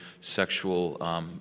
sexual